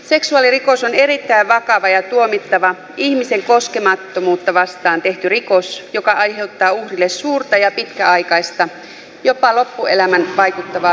seksuaalirikos on erittäin vakava ja tuomittava ihmisen koskemattomuutta vastaan tehty rikos joka aiheuttaa uhrille suurta ja pitkäaikaista jopa loppuelämän vaikuttavaa